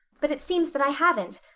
but it seems that i haven't.